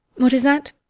what is that?